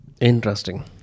interesting